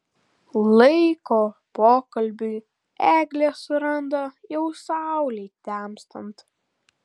laiko pokalbiui eglė suranda jau saulei temstant